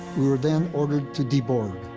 we were then ordered to de-board.